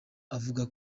avuga